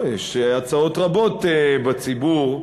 יש הצעות רבות בציבור.